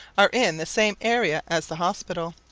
are in the same area as the hospital.